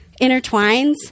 intertwines